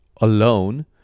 alone